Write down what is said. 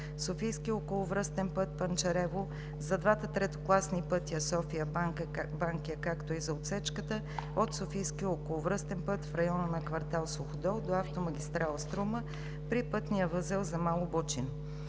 Софийски околовръстен път – Панчарево, за двата третокласни пътя София – Банкя, както и за отсечката от Софийски околовръстен път в района на квартал „Суходол“ до автомагистрала „Струма“ при пътния възел за Мало Бучино.